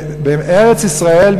בארץ-ישראל,